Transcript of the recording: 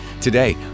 Today